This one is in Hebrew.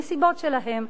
מסיבות שלהם,